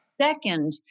second